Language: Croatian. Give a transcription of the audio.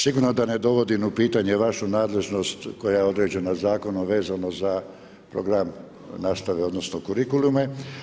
Sigurno da ne dovodim u pitanje vašu nadležnost koja je određena zakonom vezano za program nastave, odnosno, kurikuluma.